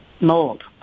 mold